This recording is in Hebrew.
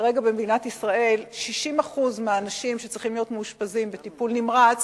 כרגע במדינת ישראל 60% מהאנשים שצריכים להיות מאושפזים בטיפול נמרץ